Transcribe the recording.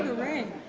ring.